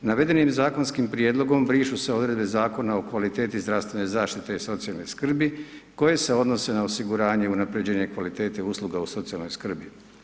Navedenim zakonskim prijedlogom brišu se odredbe Zakona o kvaliteti zdravstvene zaštite i socijalne skrbi koje se odnose na osiguranje i unapređenje kvalitete usluga u socijalnoj skrbi.